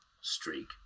streak